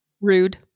rude